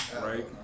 right